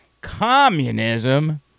communism